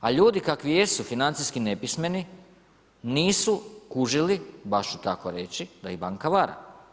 A ljudi kakvi jesu, financijski nepismeni, nisu kužili baš tako reći, da ih banka vara.